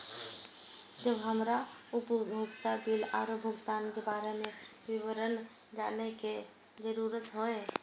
जब हमरा उपयोगिता बिल आरो भुगतान के बारे में विवरण जानय के जरुरत होय?